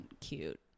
cute